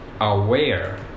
aware